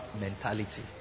mentality